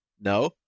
No